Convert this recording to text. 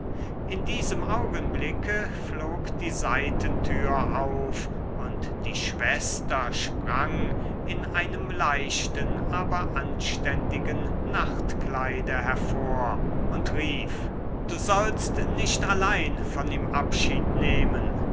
in diesem augenblicke flog die seitentür auf und die schwester sprang in einem leichten aber anständigen nachtkleide hervor und rief du sollst nicht allein von ihm abschied nehmen